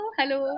Hello